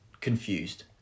confused